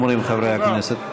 כן, אומרים חברי הכנסת.